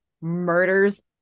murders